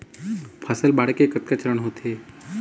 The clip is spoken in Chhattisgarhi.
फसल बाढ़े के कतका चरण होथे?